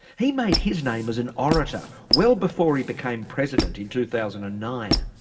he made his name as an orator, well before he became president in two thousand and nine.